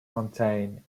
contain